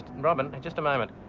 robyn just a moment,